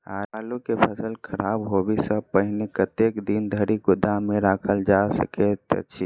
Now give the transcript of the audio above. आलु केँ फसल खराब होब सऽ पहिने कतेक दिन धरि गोदाम मे राखल जा सकैत अछि?